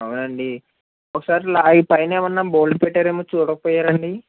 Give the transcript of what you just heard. అవునా అండి ఒకసారి లాగి పైన ఏమన్నా బోల్ట్ పెట్టారేమో చూడకపోయారా అండి